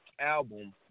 album